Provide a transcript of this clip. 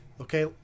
Okay